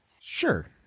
Sure